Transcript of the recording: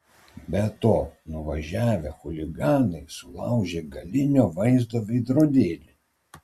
be to nuvažiavę chuliganai sulaužė galinio vaizdo veidrodėlį